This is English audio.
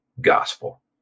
gospel